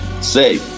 say